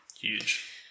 Huge